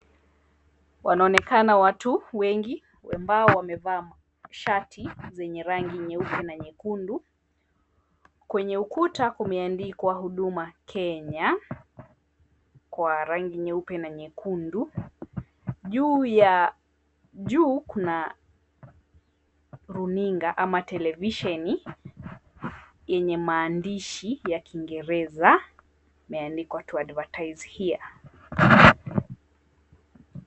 Wanaonekana watu wengi ambao wamevaa shati zenye rangi nyeupe na nyekundu. Kwenye ukuta kumeandikwa huduma Kenya kwa rangi nyeupe na nyekundu. Juu ya, juu kuna runinga ama televisheni yenye maandishi ya kiingereza yameandikwa to advertise here.